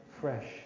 fresh